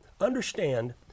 understand